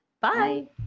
bye